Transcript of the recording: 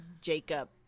Jacob